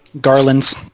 garlands